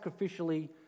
sacrificially